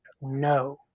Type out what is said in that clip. no